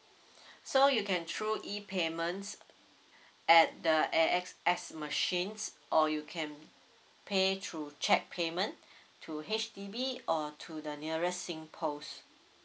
so you can through E payments at the A_X_S machines or you can pay through cheque payment to H_D_B or to the nearest singpost